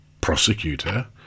prosecutor